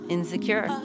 Insecure